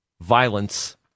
violence